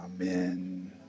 Amen